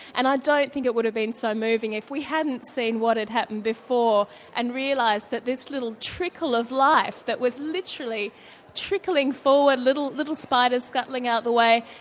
and i don't think it would've been so moving if we hadn't seen what had happened before and realised that this little trickle of life that was literally trickling forward little little spiders scuttling out the way.